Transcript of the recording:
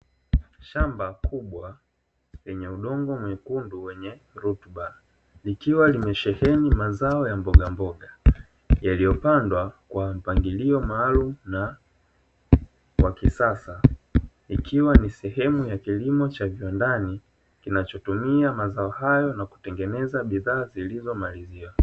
Shamba kubwa lenye udongo mwekundu wenye rutuba, likiwa limesheheni mazao ya mbogamboga yaliyopandwa kwa mpangilio maalumu na wa kisasa, ikiwa ni sehemu ya kilimo cha viwandani kinachotumia mazao hayo na kutengeneza bidhaa zilizo maliziwa.